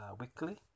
Weekly